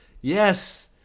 Yes